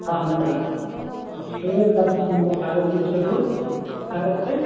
Monday రా students అందరు ఉన్నారా కాలేజీకి వచ్చేటప్పుడు